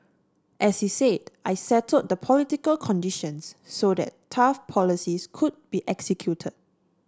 as he said I settled the political conditions so that tough policies could be executed